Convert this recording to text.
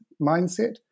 mindset